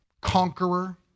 conqueror